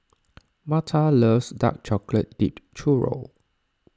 Marta loves Dark Chocolate Dipped Churro